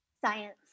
Science